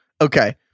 Okay